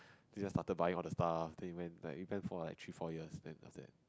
he just started buying all the stuff then he went like even for like three four years then after that